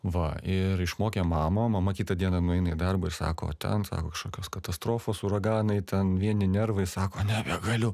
va ir išmokė mamą o mama kitą dieną nueina į darbą ir sako o ten sako kažkokios katastrofos uraganai ten vieni nervai sako nebegaliu